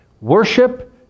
worship